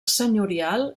senyorial